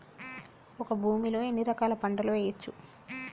ఒక భూమి లో ఎన్ని రకాల పంటలు వేయచ్చు?